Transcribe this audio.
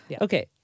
Okay